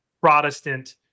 Protestant